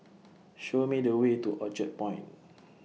Show Me The Way to Orchard Point